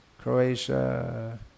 Croatia